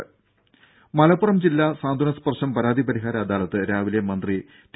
രംഭ മലപ്പുറം ജില്ലാ സാന്ത്വന സ്പർശം പരാതി പരിഹാര അദാലത്ത് രാവിലെ മന്ത്രി ടി